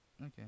Okay